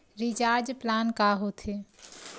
Recharge plan का होथे?